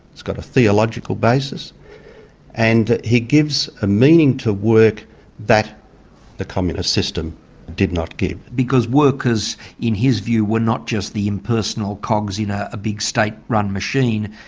it's got a theological basis and he gives a meaning to work that the communist system did not give. because workers in his view were not just the impersonal cogs in ah a big state-run machine.